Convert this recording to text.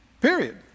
Period